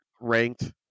ranked